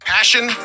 Passion